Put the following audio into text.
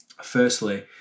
firstly